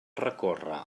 recórrer